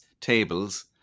tables